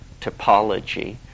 topology